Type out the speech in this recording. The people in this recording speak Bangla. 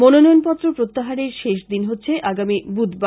মনোনয়নপত্র প্রত্যাহারের শেষ দিন হচ্ছে আগামী বুধবার